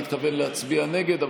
אבל התכוון להצביע נגד.